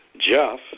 Jeff